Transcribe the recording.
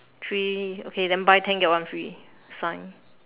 three okay then buy ten get one free sign